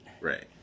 Right